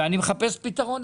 אבל אני עדיין מחכה לפתרון.